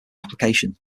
application